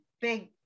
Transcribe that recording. big